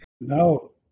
No